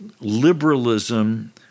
liberalism